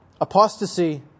Apostasy